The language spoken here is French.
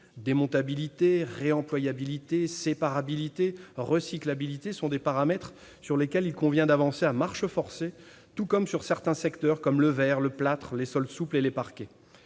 Démontabilité, réemployabilité, séparabilité, recyclabilité sont des paramètres sur lesquels il convient d'avancer à marche forcée, tout comme sur certains secteurs comme le verre, le plâtre, les sols souples et les parquets.